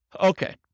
Okay